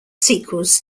sequels